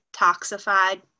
toxified